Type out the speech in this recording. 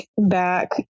back